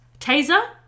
taser